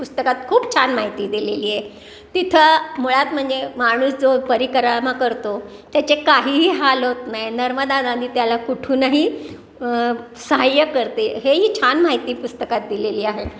पुस्तकात खूप छान माहिती दिलेली आहे तिथं मुळात म्हणजे माणूस जो परिक्रमा करतो त्याचे काहीही हाल होत नाही नर्मदा नदी त्याला कुठूनही सहाय्य करते हेही छान माहिती पुस्तकात दिलेली आहे